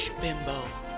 Bimbo